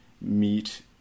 meet